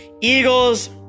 Eagles